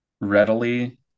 readily